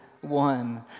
one